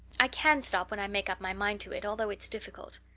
i can stop when i make up my mind to it, although it's difficult.